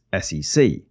SEC